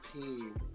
team